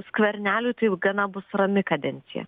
skverneliui tai jau gana bus rami kadencija